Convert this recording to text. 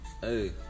Hey